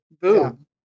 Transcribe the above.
Boom